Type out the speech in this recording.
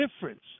difference